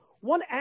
one